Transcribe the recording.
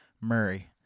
Murray